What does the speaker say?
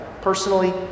personally